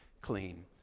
clean